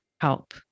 help